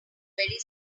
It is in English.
very